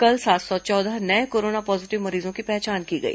कल सात सौ चौदह नये कोरोना पॉजीटिव मरीजों की पहचान की गई